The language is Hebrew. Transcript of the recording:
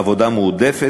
עבודה מועדפת,